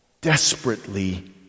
desperately